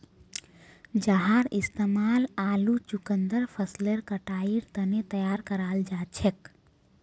जहार इस्तेमाल आलू चुकंदर फसलेर कटाईर तने तैयार कराल जाछेक